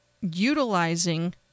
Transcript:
utilizing